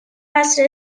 قصر